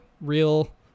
real